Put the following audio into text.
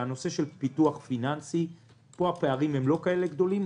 בנושא של פיתוח פיננסי הפערים לא גדולים כאלה,